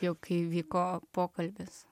jau kai vyko pokalbis